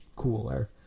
Cooler